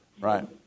Right